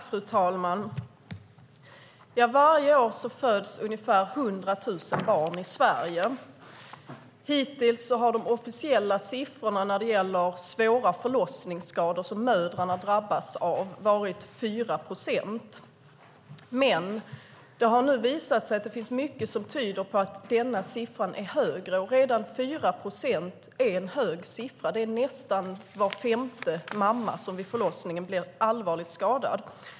Fru talman! Varje år föds ungefär 100 000 barn i Sverige. Hittills har de officiella siffrorna när det gäller andelen mödrar som drabbas av svåra förlossningsskador varit 4 procent. Det har nu visat sig att det finns mycket som tyder på att andelen är högre, och redan 4 procent är en hög siffra. Det är nästan var femte mamma som vid förlossningen blir allvarligt skadad.